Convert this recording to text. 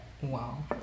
Wow